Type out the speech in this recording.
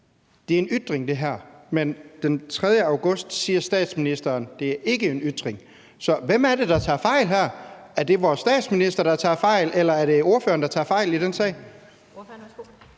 her er en ytring. Men den 3. august sagde statsministeren: Det er ikke en ytring. Så hvem er det, der tager fejl her? Er det vores statsminister, der tager fejl, eller er det ordføreren, der tager fejl i den sag?